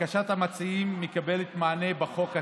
בקשת המציעים מקבלת מענה בחוק הקיים.